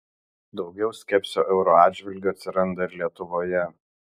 daugiau skepsio euro atžvilgiu atsiranda ir lietuvoje